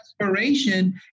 inspiration